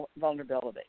vulnerability